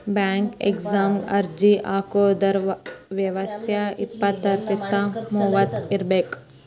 bank ಎಕ್ಸಾಮಗ ಅರ್ಜಿ ಹಾಕಿದೋರ್ ವಯ್ಯಸ್ ಇಪ್ಪತ್ರಿಂದ ಮೂವತ್ ಇರಬೆಕ್